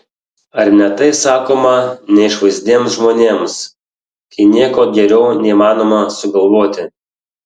ar ne tai sakoma neišvaizdiems žmonėms kai nieko geriau neįmanoma sugalvoti